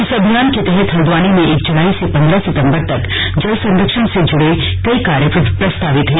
इस अभियान के तहत हल्द्वानी में एक जुलाई से पंद्रह सितंबर तक जल संरक्षण से जुड़े कई कार्य प्रस्तावित हैं